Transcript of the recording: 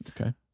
okay